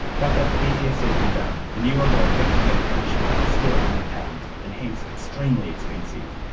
but that's easier said than done. the newer, more effective medications are still under patent, and hence extremely expensive.